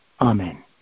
Amen